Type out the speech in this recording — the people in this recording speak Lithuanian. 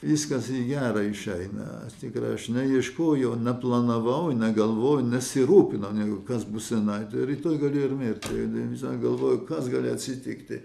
viskas į gera išeina tikrai aš neieškojau neplanavau negalvojau nesirūpinau negu kas bus senatvėje rytoj galiu ir mirti vis galvoju kas galėtų atsitikti